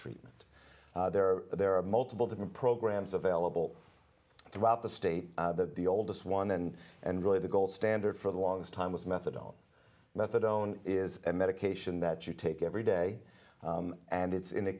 treatment there are there are multiple different programs available throughout the state that the oldest one then and really the gold standard for the longest time was methadone methadone is a medication that you take every day and it's in the